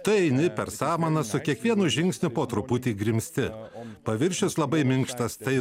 tu eini per samanas su kiekvienu žingsniu po truputį grimzti paviršius labai minkštas tai